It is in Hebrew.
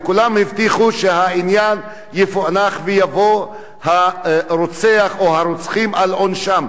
וכולם הבטיחו שהעניין יפוענח ויבוא הרוצח או הרוצחים על עונשם.